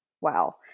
Wow